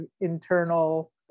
internal